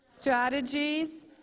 strategies